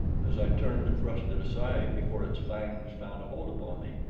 as i turned to thrust it aside before its fangs found a hold upon me,